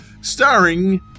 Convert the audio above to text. starring